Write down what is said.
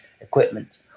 equipment